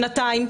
שנתיים.